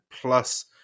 plus